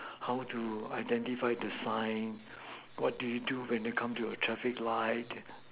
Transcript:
how to identify the signs what do you do when you come to a traffic light